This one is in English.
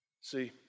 See